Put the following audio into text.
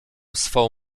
swą